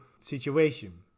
situation